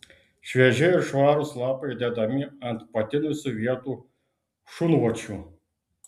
švieži ir švarūs lapai dedami ant patinusių vietų šunvočių